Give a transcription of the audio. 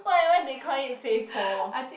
why why they call it fei po